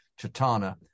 Chitana